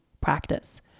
practice